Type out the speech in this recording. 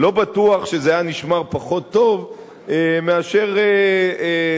אני לא בטוח שזה היה נשמר פחות טוב מאשר ניירת,